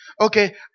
okay